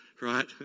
right